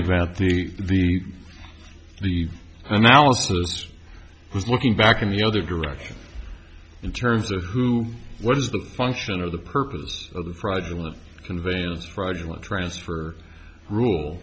event the the the analysis was looking back in the other direction in terms of who was the function of the purpose of the pride conveyance fraudulent transfer rule